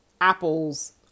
Apple's